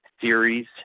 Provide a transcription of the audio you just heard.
series